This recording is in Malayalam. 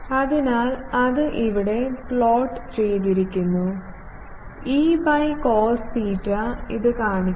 അതിനാൽ അത് ഇവിടെ പ്ലോട്ട് ചെയ്തിരിക്കുന്നു E by കോസ് തീറ്റ ഇത് കാണിക്കുന്നു